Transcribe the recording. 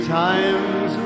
times